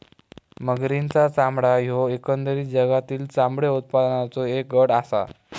मगरींचा चामडा ह्यो एकंदरीत जगातील चामडे उत्पादनाचों एक गट आसा